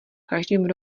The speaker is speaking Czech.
každým